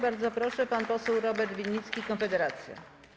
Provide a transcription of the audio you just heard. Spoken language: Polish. Bardzo proszę, pan poseł Robert Winnicki, Konfederacja.